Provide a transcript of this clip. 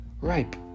ripe